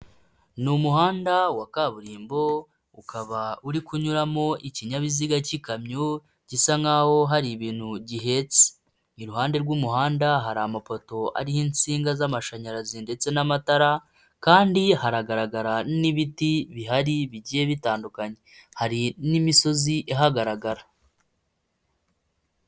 Ni umuhanda wa kaburimbo ukaba uri kunyuramo ikinyabiziga k'ikamyo gisa naho hari ibintu gihetse, iruhande rw'umuhanda hari amapoto ariho insinga z'amashanyarazi ndetse n'amatara kandi haragaragara n'ibiti bihari bigiye bitandukanye, hari n'imisozi ihagaragara.